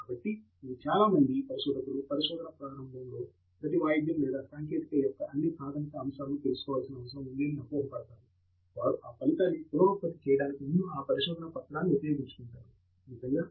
కాబట్టి చాలా మంది పరిశోధకులు పరిశోధన ప్రారంభములో ప్రతి వాయిద్యం లేదా సాంకేతికత యొక్క అన్ని ప్రాథమిక అంశాలను తెలుసుకోవలసిన అవసరము ఉంది అని అపోహ పడతారు వారు ఆ ఫలితాన్ని పునరుత్పత్తి చేయడానికి ముందు ఆ పరిశోధనా పత్రాన్ని ఉపయోగించుకుంటారు నిజంగా అది అవసరం లేదు